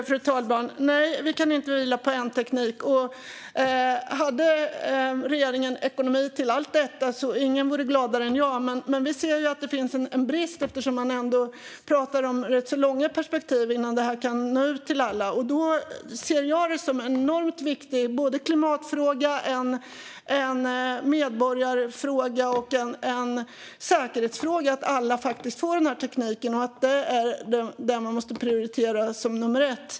Fru talman! Nej, vi kan inte vila på en enda teknik. Och ingen vore gladare än jag om regeringen hade ekonomi till allt detta. Men vi ser att det finns en brist eftersom man talar om rätt långa perspektiv innan bredbandet kan nå ut till alla. Därför ser jag det som en enormt viktig fråga, som både är en klimatfråga, en medborgarfråga och en säkerhetsfråga, att alla får denna teknik. Det är den man måste prioritera som nummer ett.